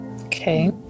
Okay